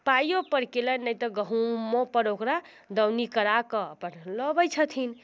पाइयो पर केलनि नहि तऽ गहुमोपर ओकरा दौनी कराकऽ अपन लऽ अबै छथिन